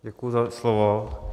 Děkuju za slovo.